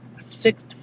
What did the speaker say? Six